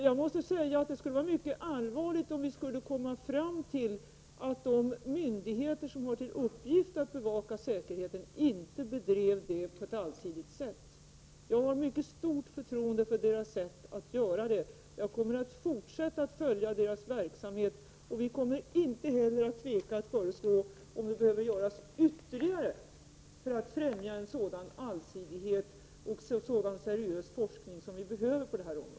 Det vore mycket allvarligt att vi kom fram till att de myndigheter som har till uppgift att bevaka säkerheten inte bedrev sitt arbete på ett allsidigt sätt. Jag har mycket stort förtroende för deras sätt att göra det. Jag kommer att fortsätta att följa deras verksamhet. Vi kommer inte heller att tveka att föreslå åtgärder om det behöver göras något ytterligare för att främja en sådan allsidighet och en sådan seriös forskning som vi behöver på detta område.